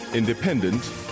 Independent